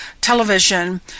television